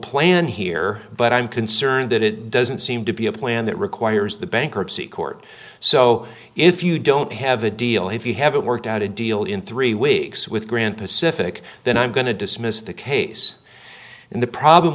plan here but i'm concerned that it doesn't seem to be a plan that requires the bankruptcy court so if you don't have a deal if you haven't worked out a deal in three weeks with grand pacific then i'm going to dismiss the case and the problem